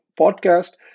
podcast